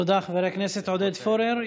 תודה, חבר הכנסת עודד פורר.